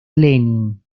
lenin